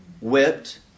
whipped